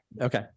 okay